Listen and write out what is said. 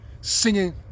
singing